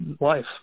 life